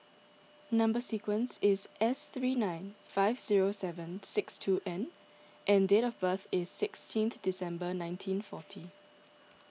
Number Sequence is S three nine five zero seven six two N and date of birth is sixteenth December nineteen forty